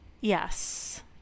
Yes